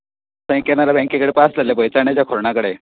कॅनेरा बँके कडेन पास जाल्ले पळय तनेजा खोर्ना कडेन